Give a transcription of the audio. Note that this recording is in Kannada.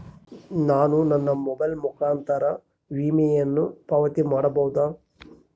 ನಾನು ನನ್ನ ಮೊಬೈಲ್ ಮುಖಾಂತರ ವಿಮೆಯನ್ನು ಪಾವತಿ ಮಾಡಬಹುದಾ?